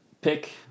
pick